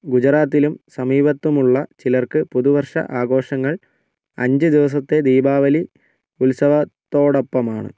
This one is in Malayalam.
ഗുജറാത്തിലും സമീപത്തുമുള്ള ചിലർക്ക് പുതുവർഷ ആഘോഷങ്ങൾ അഞ്ച് ദിവസത്തെ ദീപാവലി ഉത്സവത്തോടൊപ്പമാണ്